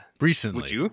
recently